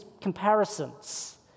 comparisons